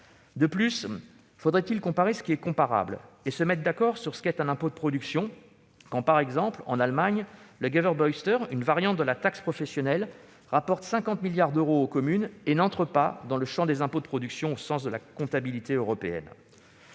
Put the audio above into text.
De plus, il faudrait comparer ce qui est comparable et se mettre d'accord sur ce qu'est un impôt de production : ainsi, en Allemagne, le, une variante de la taxe professionnelle, rapporte 50 milliards d'euros aux communes et n'entre pas dans le champ des impôts de production au sens de la comptabilité européenne.